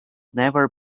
never